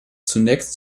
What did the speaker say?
zunächst